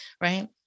right